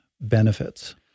benefits